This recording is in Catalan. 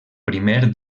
primer